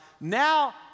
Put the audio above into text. Now